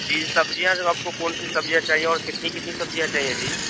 جی سبزیاں جو آپ کو کون سی سبزیاں چاہیے اور کتنی کتنی سبزیاں چاہیے جی